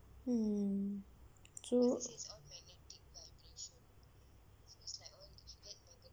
mm so